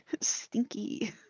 stinky